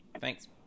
Thanks